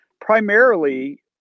Primarily